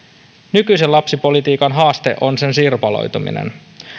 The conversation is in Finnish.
nykyisen lapsipolitiikan haaste on sen sirpaloituminen